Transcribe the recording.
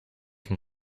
can